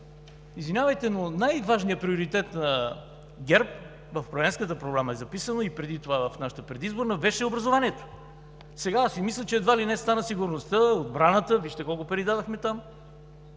Извинявайте, но най-важният приоритет на ГЕРБ – в Управленската програма е записано и преди това – в нашата предизборна, беше образованието. Сега аз си мисля, че едва ли не стана сигурността, отбраната – вижте колко пари дадохме там.